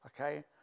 okay